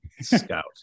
Scout